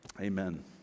Amen